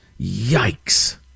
Yikes